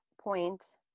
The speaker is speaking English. point